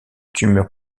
tumeurs